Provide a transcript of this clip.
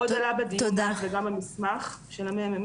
עוד עלה בדיון ובמסמך של מחלקת המחקר והמידע,